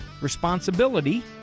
responsibility